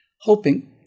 hoping